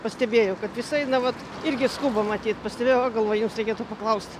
pastebėjau kad vis aina vat irgi skuba matyt pastebėjau a galvoju jums reikėtų paklaust